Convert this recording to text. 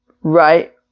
right